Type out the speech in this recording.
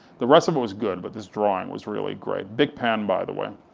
the rest of it was good, but this drawing was really great, bic pen by the way.